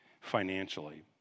financially